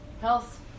health